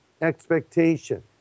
expectation